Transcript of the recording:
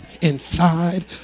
inside